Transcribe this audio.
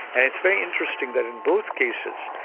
and it's very interesting that in both cases,